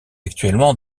actuellement